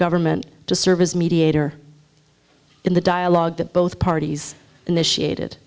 government to serve as mediator in the dialogue that both parties initiated